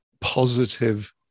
positive